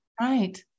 right